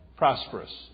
prosperous